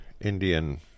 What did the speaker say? Indian